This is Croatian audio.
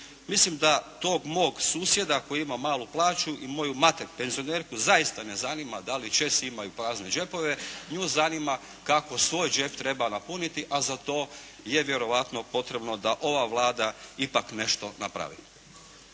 Mislim da tog mog susjeda koji ima malu plaću i moju mater penzionerku zaista ne zanima da li Česi imaju prazne đepove, nju zanima kako svoj đep treba napuniti a za to je vjerojatno potrebno da ova Vlada ipak nešto napravi.